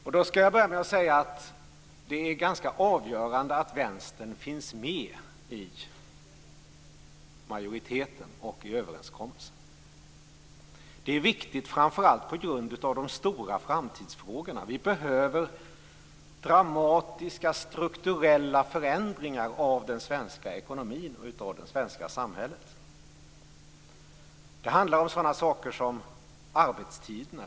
Jag skall börja med att säga att det är ganska avgörande att Vänstern finns med i majoriteten och i överenskommelsen. Det är viktigt, framför allt på grund av de stora framtidsfrågorna. Vi behöver dramatiska, strukturella förändringar av den svenska ekonomin och det svenska samhället. Det handlar om sådana saker som arbetstiderna.